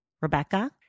Rebecca